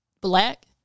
black